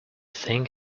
think